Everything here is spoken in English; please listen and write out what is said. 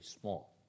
small